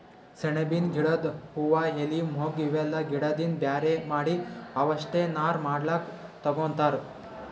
ಸೆಣಬಿನ್ ಗಿಡದ್ ಹೂವಾ ಎಲಿ ಮೊಗ್ಗ್ ಇವೆಲ್ಲಾ ಗಿಡದಿಂದ್ ಬ್ಯಾರೆ ಮಾಡಿ ಅವಷ್ಟೆ ನಾರ್ ಮಾಡ್ಲಕ್ಕ್ ತಗೊತಾರ್